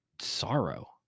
sorrow